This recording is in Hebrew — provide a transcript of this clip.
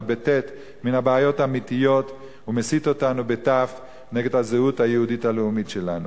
מן הבעיות האמיתיות ומסית אותנו נגד הזהות היהודית הלאומית שלנו.